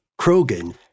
Krogan